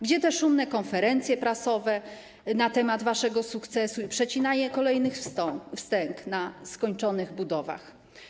Gdzie te szumne konferencje prasowe na temat waszego sukcesu i przecinanie kolejnych wstęg na skończonych budowach?